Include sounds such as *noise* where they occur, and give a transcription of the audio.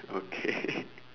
okay *laughs*